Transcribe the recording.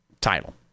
title